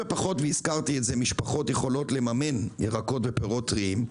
והזכרתי את זה: פחות ופחות משפחות יכולות לממן ירקות ופירות טריים,